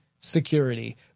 security